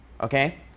okay